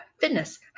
fitness